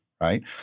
right